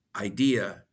idea